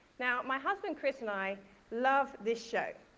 now my husband, chris, and i love this show.